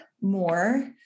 more